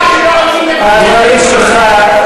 אני רק מאוד מקווה,